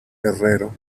herrero